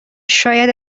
شاید